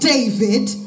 David